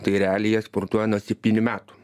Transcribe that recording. tai realiai jie sportuoja nuo septynių metų